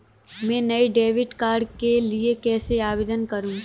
मैं नए debit card के लिए कैसे आवेदन करूं?